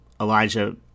Elijah